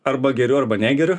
arba geriu arba negeriu